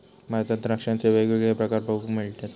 भारतात द्राक्षांचे वेगवेगळे प्रकार बघूक मिळतत